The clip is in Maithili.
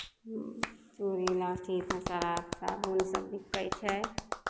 चूड़ी लहठी तऽ सर्फ साबुन सभ बिकै छै